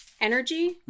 energy